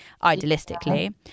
idealistically